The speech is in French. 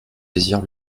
désire